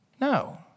No